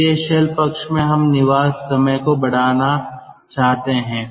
इसलिए शेल पक्ष में हम निवास समय को बढ़ाना चाहते हैं